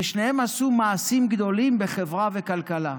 ושניהם עשו מעשים גדולים בחברה וכלכלה.